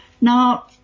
Now